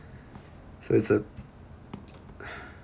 so it's a